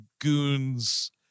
goons